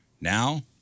Now